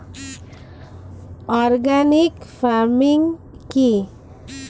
Organic farming কি?